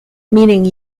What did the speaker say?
meaning